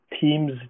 teams